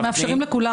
מאפשרים לכולם.